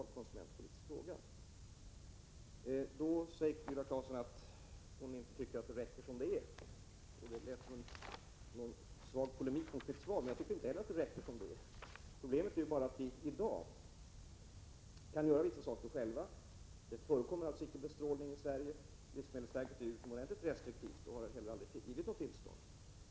Viola Claesson säger, i något slags polemik med anledning av mitt svar, att hon inte tycker att det räcker som det är nu. Jag tycker inte heller att det räcker. Problemet är bara att vi i dag kan göra vissa saker själva. Det förekommer alltså inte bestrålning i Sverige. Livsmedelsverket är utomordentligt restriktivt och har aldrig givit något tillstånd.